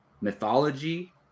mythology